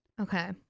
Okay